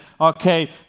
Okay